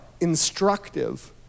instructive